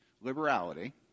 Liberality